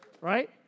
Right